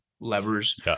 levers